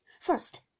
First